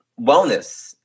wellness